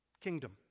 kingdom